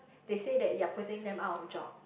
they say that you are putting them out of job